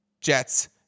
Jets